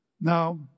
Now